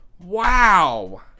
Wow